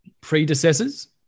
predecessors